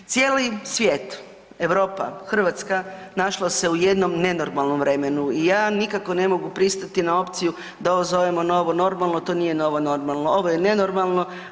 Cijeli svijet, Europa, Hrvatska našla se u jednom nenormalnom vremenu i ja nikako ne mogu pristati na opciju da ovo zovemo „novo normalno“, to nije „novo normalno“, ovo je nenormalno.